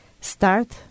start